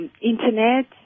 internet